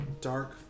dark